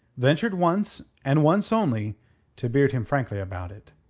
ventured once and once only to beard him frankly about it.